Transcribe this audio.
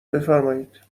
بفرمایید